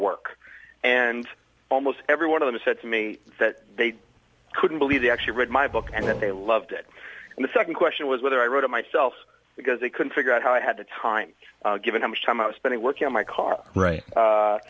work and almost every one of them said to me that they couldn't believe they actually read my book and that they loved it and the second question was whether i wrote it myself because they couldn't figure out how i had the time given how much time i was spending working on my car right